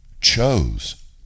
chose